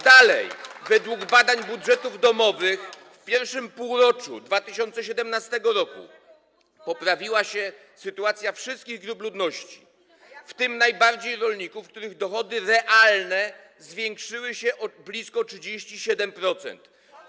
Dalej, według badań budżetów domowych w I półroczu 2017 r. poprawiła się sytuacja wszystkich grup ludności, w tym najbardziej rolników, których realne dochody zwiększyły się o blisko 37%.